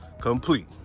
Complete